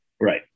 right